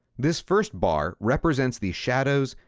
this first bar represents the shadows,